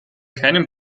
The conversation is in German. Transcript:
keinen